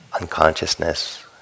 unconsciousness